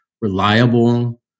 reliable